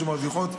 שמרוויחות,